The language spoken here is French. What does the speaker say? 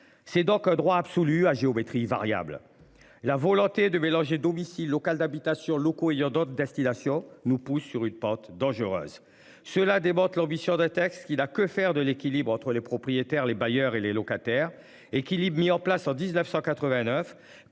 C'est donc un droit absolu à géométrie variable. La volonté de mélanger domicile local d'habitation locaux ayant d'autres destinations nous pousse sur une pente dangereuse cela déborde l'ambition d'un texte qui n'a que faire de l'équilibre entre les propriétaires, les bailleurs et les locataires équilibre mis en place en 1989.